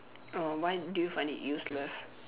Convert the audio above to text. oh why do you find it useless